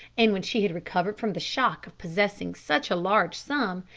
and when she had recovered from the shock of possessing such a large sum,